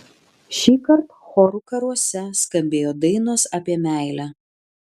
šįkart chorų karuose skambėjo dainos apie meilę